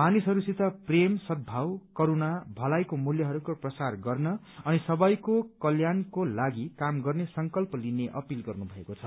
मानिसहरूसित प्रेम सदभाव करूणा भलाईको मूल्यहरूको प्रसार गर्न अनि सबैको कल्याणको लागि काम गर्ने संकल्प लिने अपिल गर्नुभएको छ